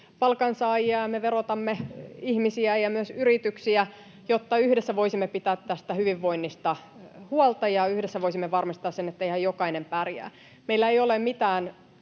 Sarkomaa: Eihän kysyjä toisin sanonut!] jotta yhdessä voisimme pitää tästä hyvinvoinnista huolta ja yhdessä voisimme varmistaa sen, että ihan jokainen pärjää. Meillä ei ole mitään